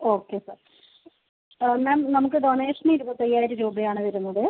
okay sir ma'am നമുക്ക് donation ഇരുപത്തയ്യായിരം രൂപയാണ് വരുന്നത്